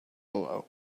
below